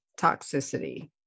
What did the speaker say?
toxicity